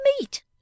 meat